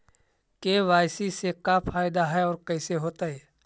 KYC से का फायदा है और कैसे होतै?